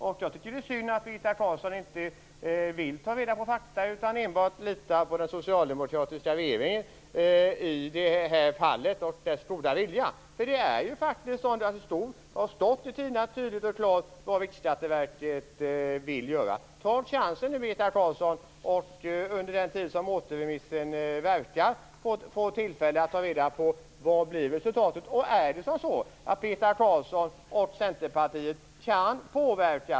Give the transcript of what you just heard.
Jag tycker att det är synd att Birgitta Carlsson inte vill ta reda på fakta utan i det här fallet enbart litar på den socialdemokratiska regeringen och dess goda vilja. Det har ju faktiskt stått tydligt och klart i tidningarna vad Riksskatteverket vill göra. Ta chansen nu, Birgitta Carlsson! Under den tid som återremissen verkar finns tillfälle att ta reda på vad resultatet blir. Kan Birgitta Carlsson och Centerpartiet påverka?